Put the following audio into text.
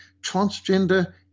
transgender